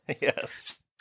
yes